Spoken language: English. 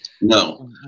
No